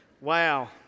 Wow